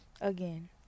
again